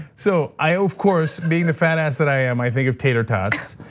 so i, of course, being the fat ass that i am, i think of tater tots.